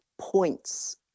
points